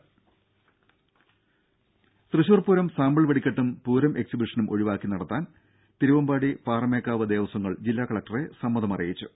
രും തൃശൂർപൂരം സാമ്പിൾ വെടിക്കെട്ടും പൂരം എക്സ്ബിഷനും ഒഴിവാക്കി നടത്താൻ തിരുവമ്പാടി പാറമേക്കാവ് ദേവസ്വങ്ങൾ ജില്ലാ കലക്ടറെ സമ്മതം അറിയിച്ചു